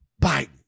Biden